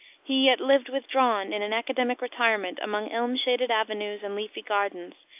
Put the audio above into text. he yet lived withdrawn in an academic retirement among elm-shaded avenues and leafy gardens,